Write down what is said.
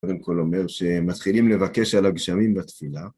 קודם כל אומר שמתחילים לבקש על הגשמים בתפילה.